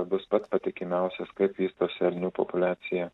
bus pats patikimiausias kaip vystosi elnių populiacija